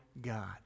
God